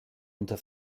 unter